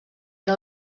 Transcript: era